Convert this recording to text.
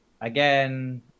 again